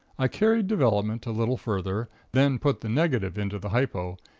i carried development a little further, then put the negative into the hypo,